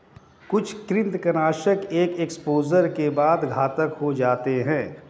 कुछ कृंतकनाशक एक एक्सपोजर के बाद घातक हो जाते है